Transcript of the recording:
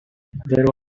there